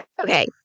Okay